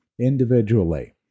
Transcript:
individually